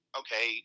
okay